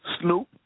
Snoop